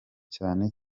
cyane